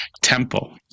temple